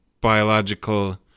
biological